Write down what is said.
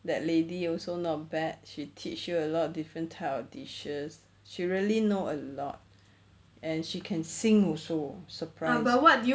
that lady also not bad she teach you a lot of different type of dishes she really know a lot and she can sing also surprisingly